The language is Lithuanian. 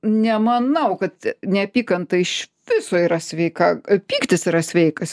nemanau kad neapykanta iš viso yra sveika pyktis yra sveikas